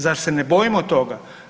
Zar se ne bojimo toga?